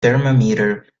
thermometer